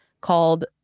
called